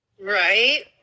Right